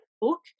book